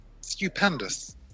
Stupendous